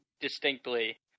distinctly